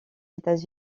états